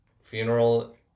funeral